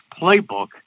playbook